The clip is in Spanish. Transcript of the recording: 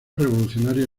revolucionario